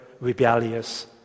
rebellious